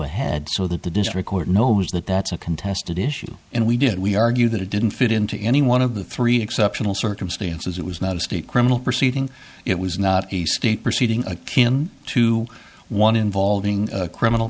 a head so that the district court knows that that's a contested issue and we did we argue that it didn't fit into any one of the three exceptional circumstances it was not a state criminal proceeding it was not a state proceeding a kin to one involving criminal